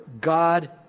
God